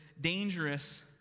dangerous